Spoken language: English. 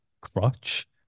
crutch